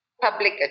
public